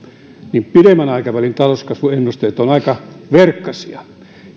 niin pidemmän aikavälin talouskasvuennusteet ovat aika verkkaisia